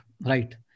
Right